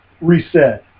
Reset